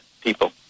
people